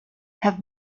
have